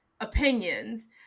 opinions